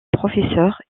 professeur